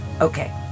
Okay